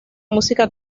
música